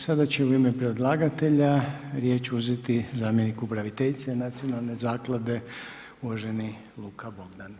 Sada će u ime predlagatelja riječ uzeti zamjenik upraviteljice Nacionalne zaklade uvaženi Luka Bogdan.